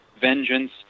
vengeance